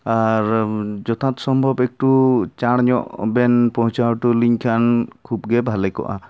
ᱟᱨ ᱡᱚᱛᱷᱟᱛ ᱥᱚᱢᱵᱷᱚᱵᱽ ᱮᱠᱴᱩ ᱪᱟᱬ ᱧᱚᱜ ᱵᱮᱱ ᱯᱳᱶᱪᱷᱟᱣ ᱦᱚᱴᱚᱣ ᱞᱤᱧ ᱠᱷᱟᱱ ᱠᱷᱩᱵᱽᱜᱮ ᱵᱷᱟᱞᱮ ᱠᱚᱜᱼᱟ